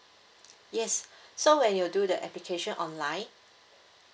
yes so when you do the application online